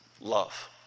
love